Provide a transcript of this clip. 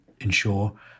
ensure